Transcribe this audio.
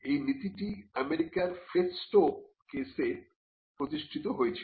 এই নীতিটি আমেরিকার ফেষ্টো কেসে প্রতিষ্ঠিত হয়েছিল